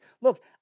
Look